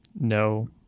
No